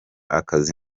akazi